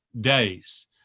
days